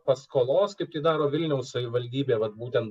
paskolos kaip tai daro vilniaus savivaldybė vat būtent